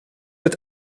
het